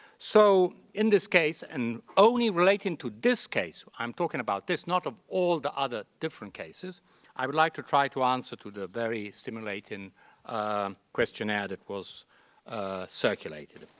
so in this case and only relating to this case i'm talking about this and not ah all the other different cases i would like to try to answer to the very stimulating questionnaire that was circulated.